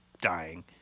dying